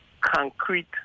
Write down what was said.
concrete